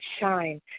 shine